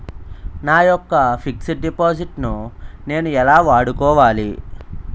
నా యెక్క fixed deposit ను నేను ఎలా వాడుకోవాలి?